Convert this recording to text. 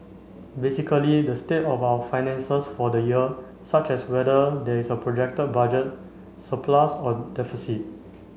basically the state of our finances for the year such as whether there is a projected budget surplus or deficit